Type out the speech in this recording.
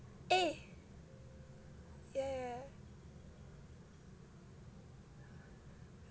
eh yeah